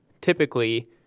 typically